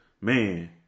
Man